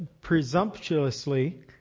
presumptuously